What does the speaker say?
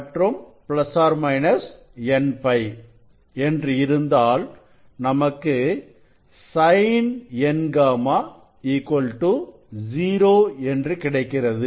±nπ என்று இருந்தால் நமக்கு Sin Nγ 0 என்று கிடைக்கிறது